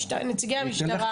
נציגי המשטרה,